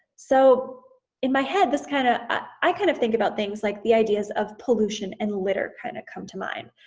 so in my head this kinda, i kind of think about things like the ideas of pollution and litter kind of come to mind,